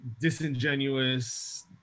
disingenuous